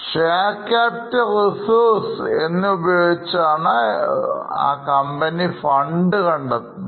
Share CapitalReserves എന്നിവ ഉപയോഗിച്ചാണ് ആ കമ്പനിഫണ്ട് കണ്ടെത്തുന്നത്